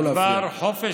לא להפריע.